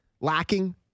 lacking